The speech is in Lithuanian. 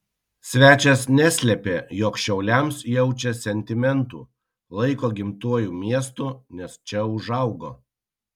svečias neslėpė jog šiauliams jaučia sentimentų laiko gimtuoju miestu nes čia užaugo